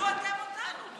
תכבדו אתם אותנו.